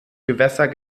gewässer